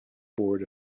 board